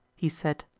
he said.